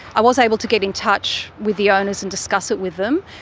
i was able to get in touch with the owners and discuss it with them,